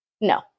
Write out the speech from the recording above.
No